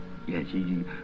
Yes